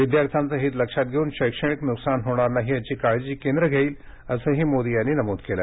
विद्यार्थ्यांचं हित लक्षात घेवून शैक्षणिक नुकसान होणार नाही याची काळजी केंद्र घेईल असंही मोदी यांनी यावेळी नमूद केलं